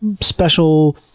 special